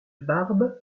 barbe